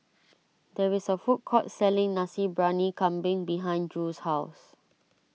there is a food court selling Nasi Briyani Kambing behind Drew's house